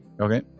okay